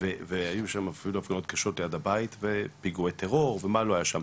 והיו שם הפגנות קשות ליד הבית ופיגועי טרור ומה לא היה שם.